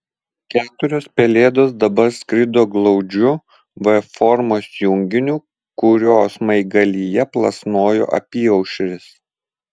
keturios pelėdos dabar skrido glaudžiu v formos junginiu kurio smaigalyje plasnojo apyaušris